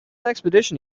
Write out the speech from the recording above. expedition